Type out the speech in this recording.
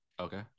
Okay